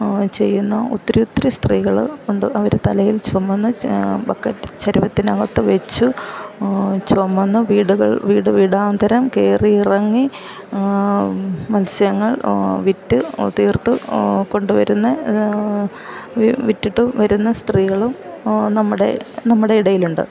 ചെയ്യുന്ന ഒത്തിരി ഒത്തിരി സ്ത്രീകള് ഉണ്ട് അവര് തലയിൽ ചുമന്ന് ബക്കറ്റ് ചരുവത്തിനകത്ത് വെച്ച് ചുമന്ന് വീടുകൾ വീട് വീടാന്തരം കയറിയിറങ്ങി മൽസ്യങ്ങൾ വിറ്റ് തീർത്ത് കൊണ്ടുവരുന്ന വിറ്റിട്ട് വരുന്ന സ്ത്രീകളും നമ്മുടെ നമ്മുടെ ഇടയിലുണ്ട്